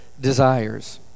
desires